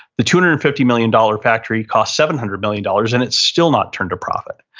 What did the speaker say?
the two hundred and fifty million dollars factory cost seven hundred million dollars and it's still not turned to profit.